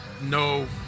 no